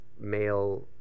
male